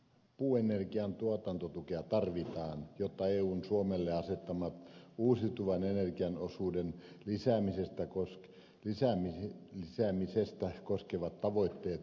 puuenergian tuotantotukea tarvitaan jotta eun suomelle asettamat uusiutuvan energian osuuden lisäämistä koskevat tavoitteet saavutetaan